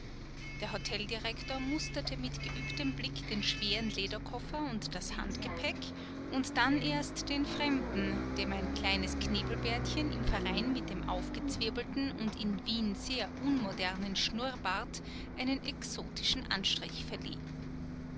der hoteldirektor musterte mit geübtem blick den schweren lederkoffer und das handgepäck und dann erst den fremden dem ein kleines knebelbärtchen im verein mit dem aufgezwirbelten und in wien sehr unmodernen schnurrbart einen exotischen anstrich verlieh